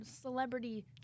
celebrity